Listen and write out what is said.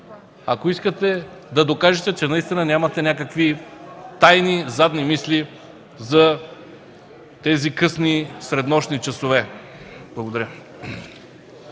ако искате да докажете, че наистина нямате някакви тайни и задни мисли зад тези късни среднощни часове. Благодаря.